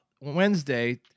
Wednesday